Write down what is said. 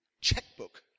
checkbook